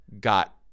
got